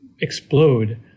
explode